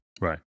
right